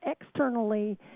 externally